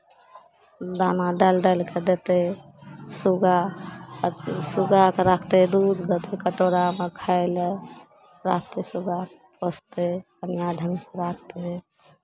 दाना डालि डालि कऽ देतै सुग्गा सुग्गाकेँ राखतै दूधके कटोरामे खाय लए राखतै सुग्गा पोसतै बढ़िआँ ढङ्गसँ राखतै